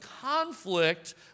conflict